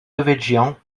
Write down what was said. devedjian